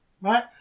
right